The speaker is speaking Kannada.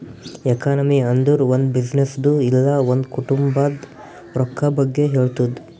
ಎಕನಾಮಿ ಅಂದುರ್ ಒಂದ್ ಬಿಸಿನ್ನೆಸ್ದು ಇಲ್ಲ ಒಂದ್ ಕುಟುಂಬಾದ್ ರೊಕ್ಕಾ ಬಗ್ಗೆ ಹೇಳ್ತುದ್